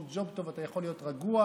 ג'וב טוב, אתה יכול להיות רגוע.